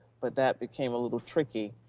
but that became a little tricky.